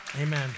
Amen